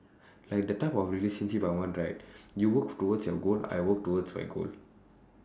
like the type of relationship I want right you work towards your goal I work towards my goal